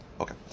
Okay